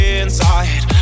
inside